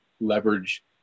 leverage